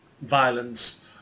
violence